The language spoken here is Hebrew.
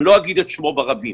אני לא אגיד את שמו ברבים,